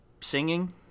singing